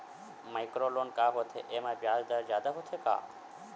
Micro loan का होथे येमा ब्याज दर जादा होथे का?